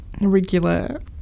regular